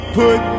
put